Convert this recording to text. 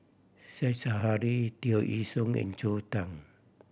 Said Zahari Tear Ee Soon and Joel Tan